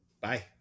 Bye